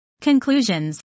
Conclusions